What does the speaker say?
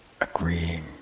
agreeing